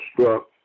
struck